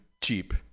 cheap